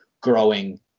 growing